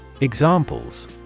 Examples